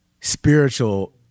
spiritual